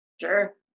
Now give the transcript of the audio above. Sure